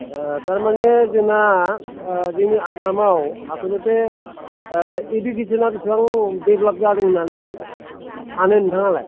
थारमानि जोंना जोंनि आसामाव आसलथे इडुकेसना बेसेबां डेभेल्भ जादों होन्नानै सानो नोंथाङालाय